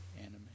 anime